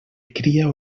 cria